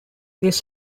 this